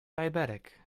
diabetic